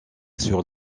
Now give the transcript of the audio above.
sur